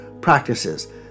practices